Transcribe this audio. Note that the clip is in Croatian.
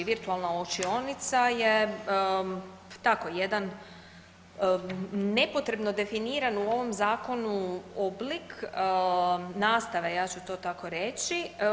Virtualna učionica je tako jedan nepotrebno definiran u ovom zakonu oblik nastave, ja ću to tako reći.